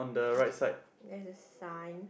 there's a sign